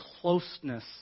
closeness